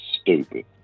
stupid